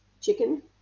chicken